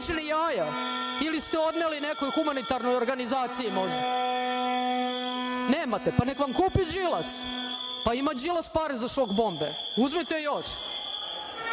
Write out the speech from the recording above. ili ste odneli nekoj humanitarnoj organizaciji možda? Nemate. Pa neka vam kupi Đilas. Pa ima Đilas pare za šok bombe. Uzmite još.